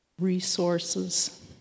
resources